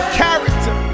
character